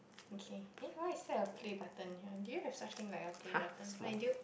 okay eh why is there a play button here do you have such thing like a play button like do you